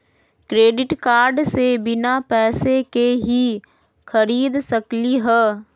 Credit card से बिना पैसे के ही खरीद सकली ह?